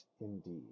indeed